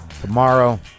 Tomorrow